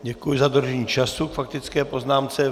Děkuji za dodržení času k faktické poznámce.